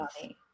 funny